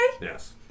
Yes